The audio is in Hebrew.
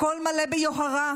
הכול מלא ביוהרה,